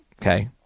Okay